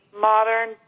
modern